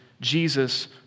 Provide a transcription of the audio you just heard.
Jesus